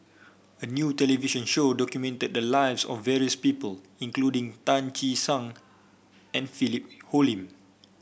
a new television show documented the lives of various people including Tan Che Sang and Philip Hoalim